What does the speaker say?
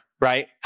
right